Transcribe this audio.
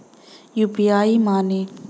UPI माने?